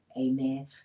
Amen